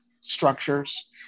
structures